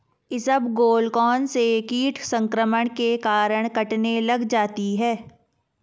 इसबगोल कौनसे कीट संक्रमण के कारण कटने लग जाती है?